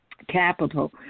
Capital